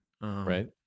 Right